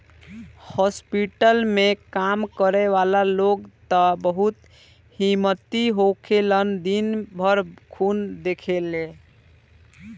hospital में काम करे वाला लोग त बहुत हिम्मती होखेलन दिन भर खून देखेले